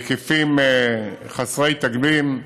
בהיקפים חסרי תקדים,